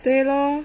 对 lor